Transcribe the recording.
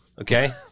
Okay